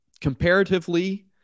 comparatively